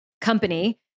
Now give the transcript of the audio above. company